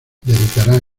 dedicará